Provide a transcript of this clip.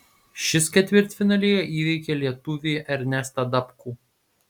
šis ketvirtfinalyje įveikė lietuvį ernestą dapkų